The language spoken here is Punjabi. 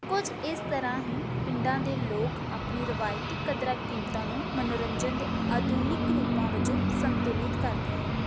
ਕੁਝ ਇਸ ਤਰ੍ਹਾਂ ਹੀ ਪਿੰਡਾਂ ਦੇ ਲੋਕ ਆਪਣੀ ਰਵਾਇਤੀ ਕਦਰਾਂ ਕੀਮਤਾਂ ਨੂੰ ਮਨੋਰੰਜਨ ਦੇ ਆਧੁਨਿਕ ਰੂਪਾਂ ਵਜੋਂ ਸੰਤੁਲਿਤ ਕਰਦੇ ਆ